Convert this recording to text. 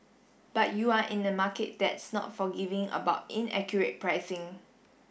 but you're in a market that's not forgiving about inaccurate pricing